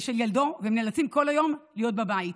ולכן הם נאלצים כל היום להיות בבית.